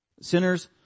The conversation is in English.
Sinners